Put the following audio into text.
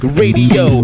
radio